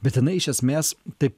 bet jinai iš esmės taip